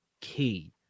key